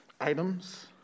items